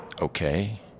okay